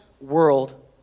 world